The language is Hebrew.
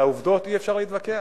על העובדות אי-אפשר להתווכח,